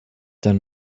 done